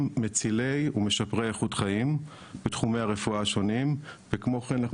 מצילי ומשפרי איכות חיים בתחומי הרפואה השונים וכמו כן אנחנו